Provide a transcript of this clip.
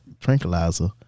tranquilizer